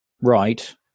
Right